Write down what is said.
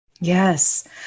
Yes